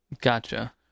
Gotcha